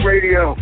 Radio